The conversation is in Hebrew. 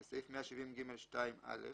בסעיף 170ג2(א),